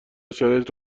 شرایط